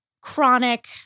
chronic